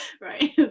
Right